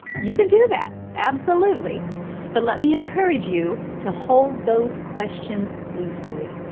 you can do that, absolutely but let me encourage you to hold those questions loosely.